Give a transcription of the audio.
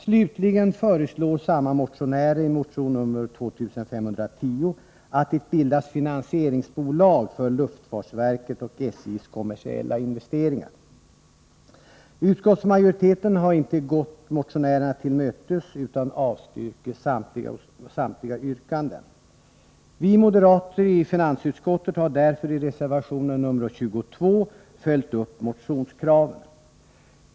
Slutligen föreslår samma motionärer i motion 2510 att det bildas finansieringsbolag för luftfartsverkets och SJ:s kommersiella investeringar. Utskottsmajoriteten har inte gått motionärerna till mötes utan avstyrker samtliga yrkanden. Vi moderater i finansutskottet har därför i reservation nr 22 följt upp motionskraven.